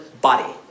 body